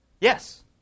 Yes